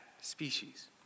species